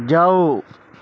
ਜਾਓ